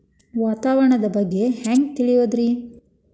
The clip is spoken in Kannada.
ವಾತಾವರಣದ ಬಗ್ಗೆ ಹ್ಯಾಂಗ್ ತಿಳಿಯೋದ್ರಿ?